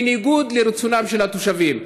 בניגוד לרצונם של התושבים.